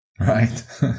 Right